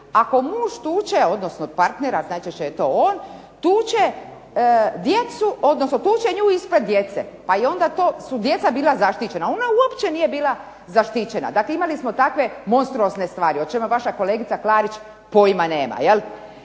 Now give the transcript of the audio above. ako muž tuče, odnosno partner a najčešće je to on, tuče djecu odnosno tuče nju ispred djece. Pa je onda to su djeca bila zaštićena. Ona uopće nije bila zaštićena. Imali smo dakle monstruozne stvari, o čemu vaša kolegica Klarić pojma nema, jel.